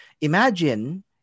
Imagine